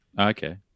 Okay